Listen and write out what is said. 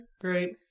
great